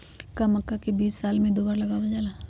का मक्का के बीज साल में दो बार लगावल जला?